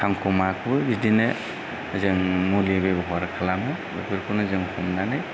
खांखमाखौबो बिदिनो जों मुलि बेब'हार खालामो बेफोरखौनो जों हमनानै